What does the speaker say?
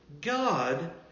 God